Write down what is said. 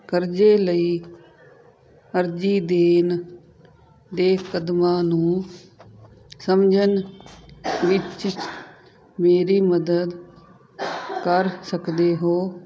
ਕਰਜ਼ੇ ਲਈ ਅਰਜ਼ੀ ਦੇਣ ਦੇ ਕਦਮਾਂ ਨੂੰ ਸਮਝਣ ਵਿੱਚ ਮੇਰੀ ਮਦਦ ਕਰ ਸਕਦੇ ਹੋ